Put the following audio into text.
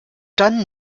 dann